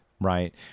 right